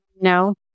No